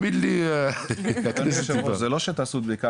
זה לא שתעשו בדיקה,